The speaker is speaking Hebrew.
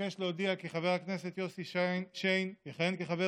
אבקש להודיע כי חבר הכנסת יוסי שיין יכהן כחבר